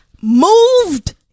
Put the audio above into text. moved